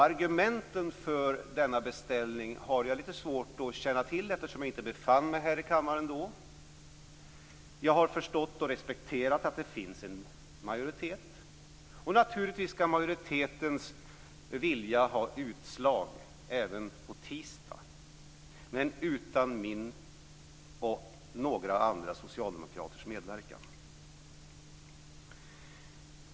Argumenten för denna beställning har jag lite svårt att känna till, eftersom jag inte befann mig här i kammaren då. Jag har förstått och respekterat att det finns en majoritet, och naturligtvis skall majoritetens vilja ha ett utslag även på tisdag, men utan min och några andra socialdemokraters medverkan.